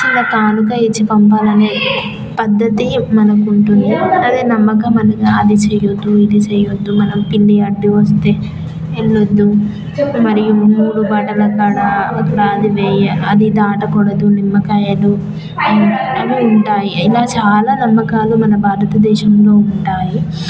చిన్న కానుక ఇచ్చి పంపాలనే పద్ధతి మనకి ఉంటుంది అదే నమ్మకం అది చేయొద్దు ఇది చేయొద్దు మనం పిల్లి అడ్డు వస్తే వెళ్ళవద్దు మరియు మూడు బాటల కాడ దారి అది దాటకూడదు నిమ్మకాయలు అవి ఉంటాయి ఇలా చాలా నమ్మకాలు మన భారత దేశంలో ఉంటాయి